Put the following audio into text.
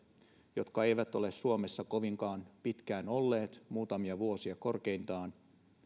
jotka eivät ole suomessa kovinkaan pitkään olleet muutamia vuosia korkeintaan